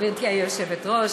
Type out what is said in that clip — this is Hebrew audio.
גברתי היושבת-ראש,